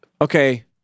Okay